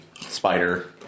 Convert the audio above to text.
spider